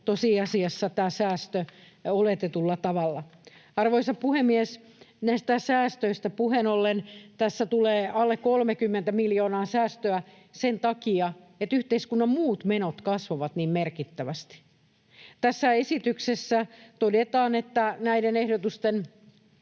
tosiasiassa tämä säästö oletetulla tavalla. Arvoisa puhemies! Näistä säästöistä puheen ollen: tässä tulee säästöä alle 30 miljoonaa sen takia, että yhteiskunnan muut menot kasvavat niin merkittävästi. Tässä esityksessä todetaan, että näiden ehdotusten